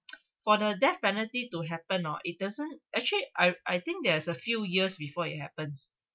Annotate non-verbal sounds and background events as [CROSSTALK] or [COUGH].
[NOISE] for the death penalty to happen oo it doesn't actually I I think there's a few years before it happens